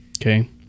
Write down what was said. Okay